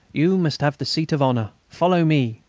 you must have the seat of honour. follow me.